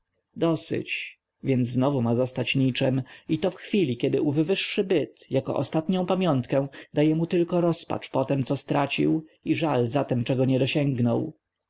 dosyć więc znowu ma zostać niczem i to w chwili kiedy ów wyższy byt jako ostatnią pamiątkę daje mu tylko rozpacz po tem co stracił i żal za tem czego nie dosięgnął